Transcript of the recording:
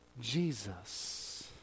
Jesus